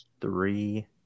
three